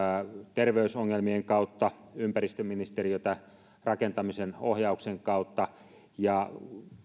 terveysongelmien kautta ympäristöministeriötä rakentamisen ohjauksen kautta